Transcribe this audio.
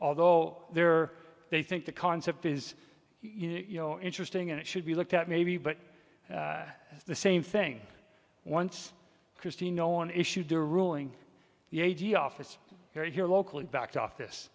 although there they think the concept is you know interesting and it should be looked at maybe but at the same thing once christine no one issued their ruling the a g office here locally backed off this